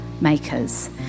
Makers